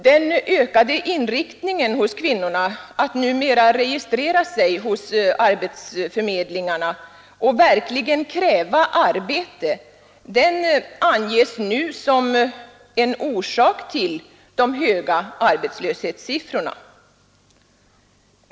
Den ökade inriktningen hos kvinnorna att numera registrera sig hos arbetsförmedlingarna och verkligen kräva arbete anges nu vara en orsak till de höga arbetslöshetssiffrorna.